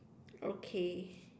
okay